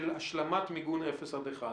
של השלמת מיגון מאפס עד אחד